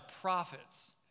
prophets